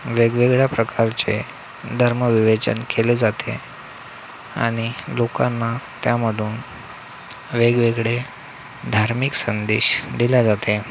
वेगवेगळ्या प्रकारचे धर्मविवेचन केले जाते आणि लोकांना त्यामधून वेगवेगळे धार्मिक संदेश दिल्या जाते